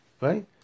Right